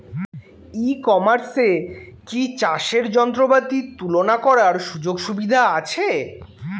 ই কমার্সে কি চাষের যন্ত্রপাতি তুলনা করার সুযোগ সুবিধা আছে?